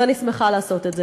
ואני שמחה לעשות את זה.